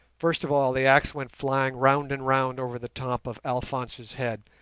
first of all the axe went flying round and round over the top of alphonse's head,